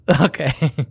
Okay